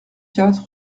quatre